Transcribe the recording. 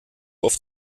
auf